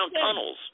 tunnels